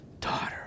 daughter